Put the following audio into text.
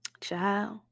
child